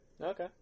Okay